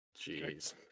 Jeez